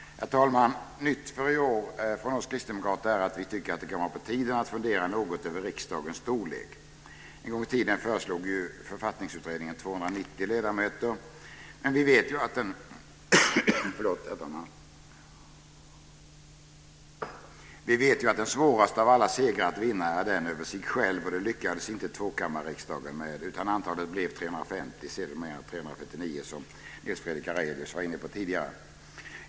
Herr talman! Nytt för i år från oss kristdemokrater är att vi tycker att det kan vara på tiden att fundera något över riksdagens storlek. En gång i tiden föreslog Författningsutredningen 290 ledamöter. Men vi vet att den svåraste av alla segrar att vinna är den över sig själv och det lyckades inte tvåkammarriksdagen med, utan antalet blev 350, sedermera 349, som Nils Fredrik Aurelius var inne på tidigare.